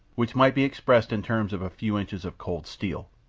which might be expressed in terms of a few inches of cold steel,